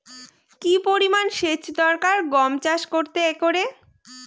কি পরিমান সেচ দরকার গম চাষ করতে একরে?